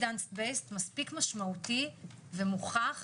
based מספיק משמעותי ומוכח שאומר: